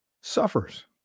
suffers